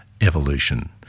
evolution